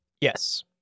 Yes